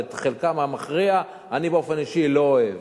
שאת חלקן המכריע אני באופן אישי לא אוהב,